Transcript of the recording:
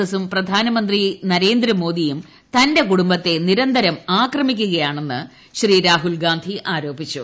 എസും പ്രധാനമന്ത്രി നരേന്ദ്രമോദ്രിയും തന്റെ കുടുംബത്തെ നിരന്തരം ആക്രമിക്കുകയാണെന്ന് ആരോപിച്ചു